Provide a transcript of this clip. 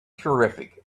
terrific